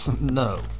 No